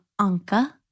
Anka